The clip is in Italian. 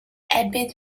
ebbe